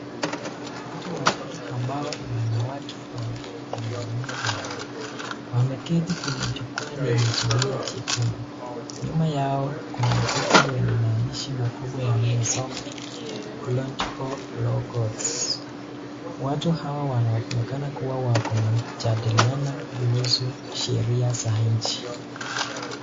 Watu watatu ambao ni wanawake wawili na mwanaume mmoja wameketi kwenye jukwaa lenye zulia jekundu. Nyuma yao kuna ukuta wenye maandishi makubwa yanayosoma Launch of law courts . Watu hawa wanaonekana kuwa wako na jandiliana kuhusu sheria za nchi.